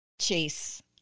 chase